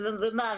ומה,